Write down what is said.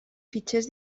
fitxers